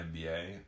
NBA